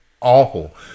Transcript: awful